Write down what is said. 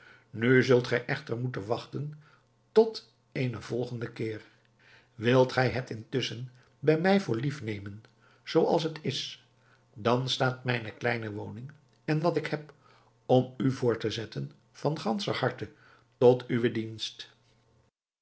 nu zult gij echter moeten wachten tot eene volgende keer wilt gij het intusschen bij mij voor lief nemen zooals het is dan staat mijne kleine woning en wat ik heb om u voor te zetten van ganscher harte tot uwen dienst